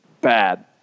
bad